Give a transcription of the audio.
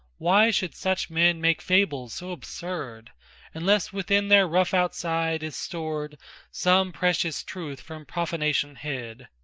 why should such men make fables so absurd unless within their rough outside is stored some precious truth from profanation hid?